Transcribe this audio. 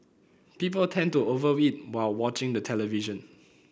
people tend to over while watching the television